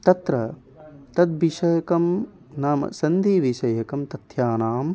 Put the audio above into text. तत्र तद्विषयकं नाम सन्धिविषयकं तथ्यानाम्